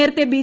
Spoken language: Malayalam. നേരത്തെ ബി